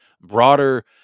broader